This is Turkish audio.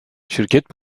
şirket